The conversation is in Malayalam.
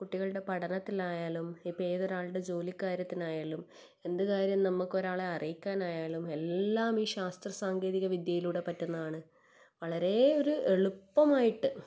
കുട്ടികളുടെ പഠനത്തിലായാലും ഇപ്പം ഏതൊരാളുടെ ജോലി കാര്യത്തിനായാലും എന്തു കാര്യം നമുക്ക് ഒരാളെ അറിയിക്കാനായാലും എല്ലാം ഈ ശാസ്ത്ര സാങ്കേതിക വിദ്യയിലൂടെ പറ്റുന്നതാണ് വളരേ ഒരു എളുപ്പമായിട്ട്